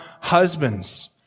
husbands